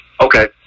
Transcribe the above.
Okay